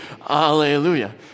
Hallelujah